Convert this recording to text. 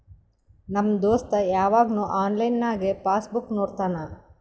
ನಮ್ ದೋಸ್ತ ಯವಾಗ್ನು ಆನ್ಲೈನ್ನಾಗೆ ಪಾಸ್ ಬುಕ್ ನೋಡ್ತಾನ